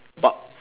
but